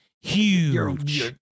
Huge